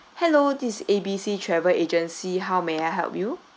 hello this A B C travel agency how may I help you